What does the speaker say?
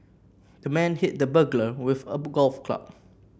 the man hit the burglar with a golf club